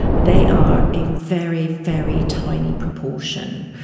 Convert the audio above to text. they are a very, very tiny proportion